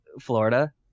Florida